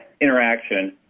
interaction